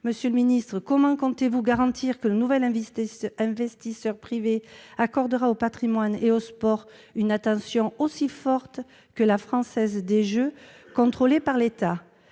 Monsieur le ministre, comment comptez-vous garantir que le nouvel investisseur privé accordera au patrimoine et au sport une attention aussi forte que la Française des jeux, contrôlée par l'État ?